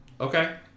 Okay